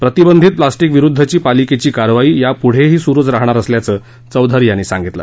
प्रतिबंधित प्लॅस्टिक विरुद्धची पालिकेची कारवाई यापुढंही सुरुच राहणार असल्याचं चौधरी यांनी सांगितलं